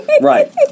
Right